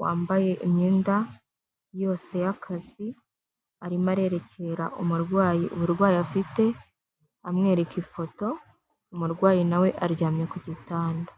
wambaye imyenda yose y'akazi arimo arerekera umurwayi uburwayi afite amwereka ifoto, umurwayi na we aryamye ku gitanda.